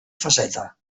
faceta